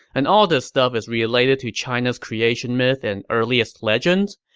and all this stuff is related to china's creation myth and earliest legends,